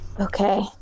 Okay